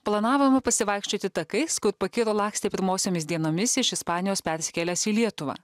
planavome pasivaikščioti takais kur pakiro lakstė pirmosiomis dienomis iš ispanijos persikėlęs į lietuvą